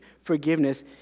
forgiveness